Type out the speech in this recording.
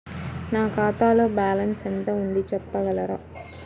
నా ఖాతాలో బ్యాలన్స్ ఎంత ఉంది చెప్పగలరా?